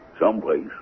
Someplace